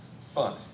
funny